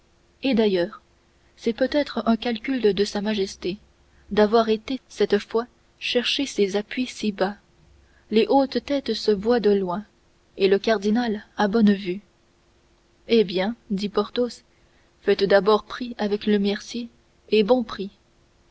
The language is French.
et d'ailleurs c'est peut-être un calcul de sa majesté d'avoir été cette fois chercher ses appuis si bas les hautes têtes se voient de loin et le cardinal a bonne vue eh bien dit porthos faites d'abord prix avec le mercier et bon prix